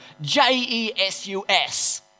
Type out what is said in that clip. J-E-S-U-S